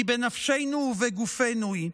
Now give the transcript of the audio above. כי בנפשנו ובגופנו היא.